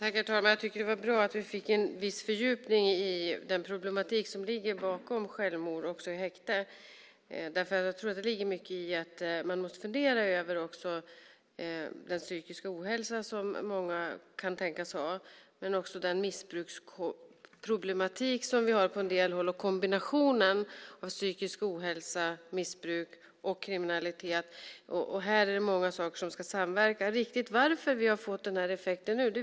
Herr talman! Jag tycker att det var bra att vi fick en viss fördjupning i den problematik som ligger bakom självmord också i häkte. Jag tror att det ligger mycket i att man måste fundera också över den psykiska ohälsa som många kan tänkas ha. Men det gäller också den missbruksproblematik som vi har på en del håll och kombinationen av psykisk ohälsa, missbruk och kriminalitet. Här är det många saker som ska samverka. Vi vet inte riktigt varför vi har fått den här effekten nu.